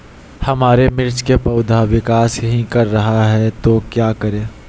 हमारे मिर्च कि पौधा विकास ही कर रहा है तो क्या करे?